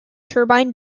turbine